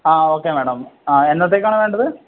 ആ okay madam ആ എന്നത്തേക്കാണ് വേണ്ടത്